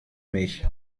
mich